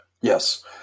Yes